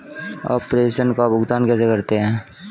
आप प्रेषण का भुगतान कैसे करते हैं?